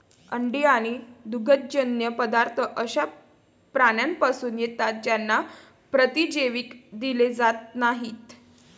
अंडी आणि दुग्धजन्य पदार्थ अशा प्राण्यांपासून येतात ज्यांना प्रतिजैविक दिले जात नाहीत